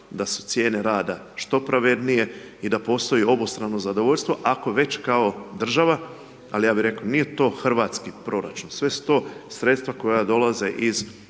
da su cijene rada što pravednije i da postoji obostrano zadovoljstvo ako već kao država ali ja bi rekao, nije to hrvatski proračun, sve su to sredstva koja dolaze iz